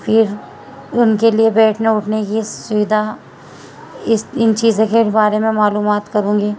پھر ان کے لیے بیٹھنے اٹھنے کی سویدھا اس ان چیزوں کے بارے میں معلومات کروں گی